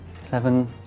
Seven